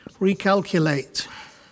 Recalculate